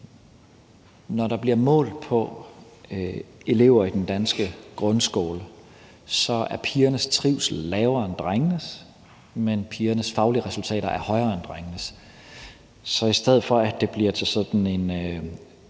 Når der bliver målt på elever i den danske grundskole, så er pigernes trivsel lavere end drengenes, men pigernes faglige resultater er højere end drengenes. Så i stedet for at det bliver til sådan en